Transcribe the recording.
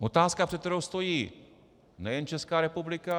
Otázka, před kterou stojí nejen Česká republika.